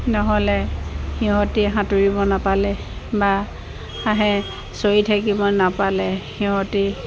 নহ'লে সিহঁতে সাঁতুৰিব নাপালে বা হাঁহে চৰি থাকিব নাপালে সিহঁতে